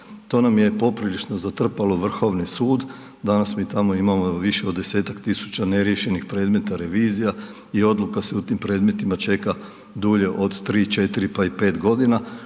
To nam je poprilično zatrpalo Vrhovni sud, danas mi tamo imamo više od 10.000-tak neriješenih predmeta revizija i odluka se u tim predmetima čeka dulje od 3, 4 pa i 5 godina,